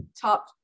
top